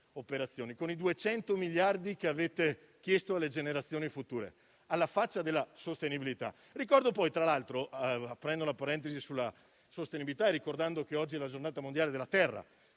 operazioni e con i 200 miliardi che avete chiesto alle generazioni future. Alla faccia della sostenibilità! Aprendo una parentesi sulla sostenibilità e ricordando che oggi è la giornata mondiale della terra,